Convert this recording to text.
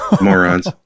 Morons